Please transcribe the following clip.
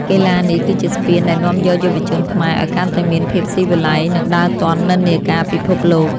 កីឡានេះគឺជាស្ពានដែលនាំយកយុវជនខ្មែរឱ្យកាន់តែមានភាពស៊ីវិល័យ និងដើរទាន់និន្នាការពិភពលោក។